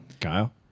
Kyle